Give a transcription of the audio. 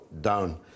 down